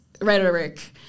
rhetoric